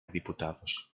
diputados